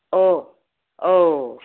अ औ